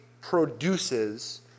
produces